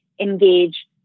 engage